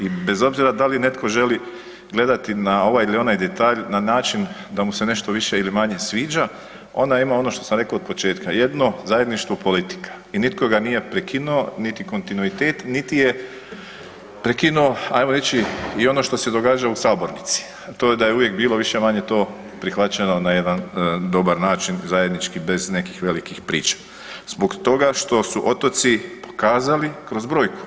I bez obzira da li netko želi gledati na ovaj ili onaj detalj na način da mu se nešto više ili manje sviđa, ona ima ono što sam reko otpočetka, jedno zajedništvo politika i nitko ga nije prekinuo niti kontinuitet, niti je prekinuo ajmo reći i ono što se događa u sabornici, a to je da je uvijek bilo više-manje to prihvaćeno na jedan dobar način zajednički bez nekih velikih priča zbog toga što su otoci pokazali kroz brojku.